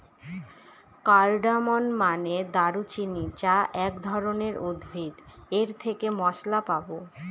cardamom মানে দারুচিনি যা এক ধরনের উদ্ভিদ এর থেকে মসলা পাবো